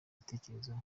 gitekerezo